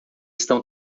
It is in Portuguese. estão